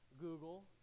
Google